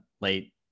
late